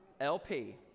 LP